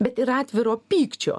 bet ir atviro pykčio